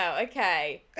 okay